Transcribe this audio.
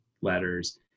letters